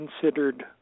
considered